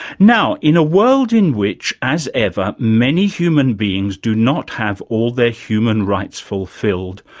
now, in a world in which, as ever, many human beings do not have all their human rights fulfilled,